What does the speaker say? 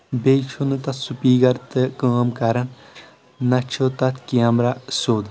بییٚہِ چھُنہٕ تتھ سُپیکر تہِ کٲم کران نہ چھُ تتھ کیمرا سیٚود